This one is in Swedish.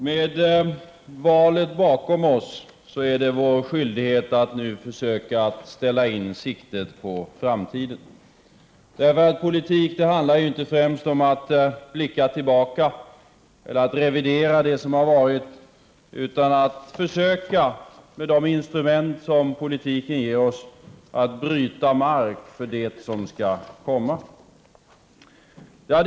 Med valet bakom oss är det vår skyldighet att nu försöka ställa in siktet på framtiden, ty politik handlar inte främst om att blicka tillbaka eller om att revidera det som har varit, utan om att försöka att, med de instrument som politiken ger oss, bryta mark för det som skall komma.